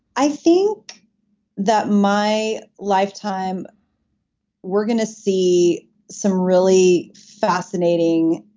i think that my lifetime we're going to see some really fascinating